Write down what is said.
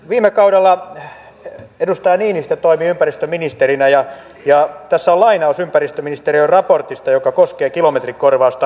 viime kaudella edustaja niinistö toimi ympäristöministerinä ja tässä on lainaus ympäristöministeriön raportista joka koskee kilometrikorvausta